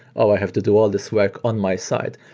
oh, i have to do all this work on my side,